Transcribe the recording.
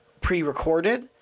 pre-recorded